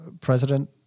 president